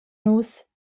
nus